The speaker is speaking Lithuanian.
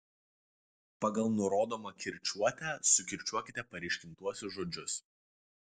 pagal nurodomą kirčiuotę sukirčiuokite paryškintuosius žodžius